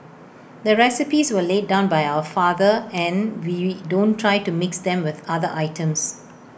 the recipes were laid down by our father and we don't try to mix them with other items